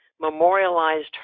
memorialized